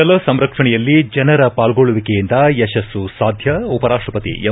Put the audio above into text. ಜಲಸಂರಕ್ಷಣೆಯಲ್ಲಿ ಜನರ ಪಾಲ್ಗೊಳ್ಬವಿಕೆಯಿಂದ ಯಶಸ್ತು ಸಾಧ್ಯ ಉಪರಾಷ್ಷಪತಿ ಎಂ